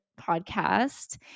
podcast